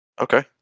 Okay